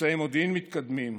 אמצעי מודיעין מתקדמים.